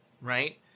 right